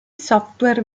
software